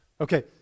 Okay